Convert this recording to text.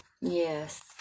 Yes